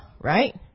right